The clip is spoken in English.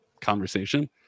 conversation